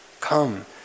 come